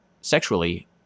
sexually